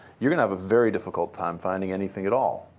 you're going have a very difficult time finding anything at all.